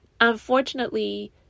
Unfortunately